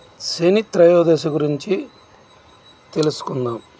శని త్రయోదశి గురించి తెలుసుకుందాం